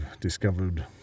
discovered